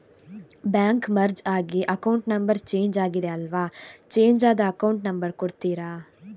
Bank merge ಆಗಿ account number change ಆಗಿದೆ ಅಲ್ವಾ, ಚೇಂಜ್ ಆದ ಅಕೌಂಟ್ ನಂಬರ್ ಕೊಡ್ತೀರಾ?